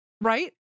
Right